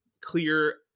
clear